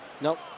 Nope